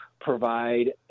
provide